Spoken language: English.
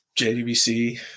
JDBC